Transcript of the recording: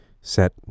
set